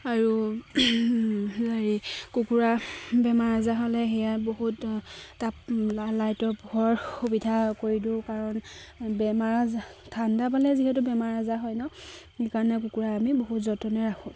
আৰু হেৰি কুকুৰা বেমাৰ আজাৰ হ'লে সেয়া বহুত তাত লাইটৰ পোহৰ সুবিধা কৰি দিওঁ কাৰণ বেমাৰ আজাৰ ঠাণ্ডা পালে যিহেতু বেমাৰ আজাৰ হয় ন সেইকাৰণে কুকুৰা আমি বহুত যতনেৰে ৰাখোঁ